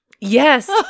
Yes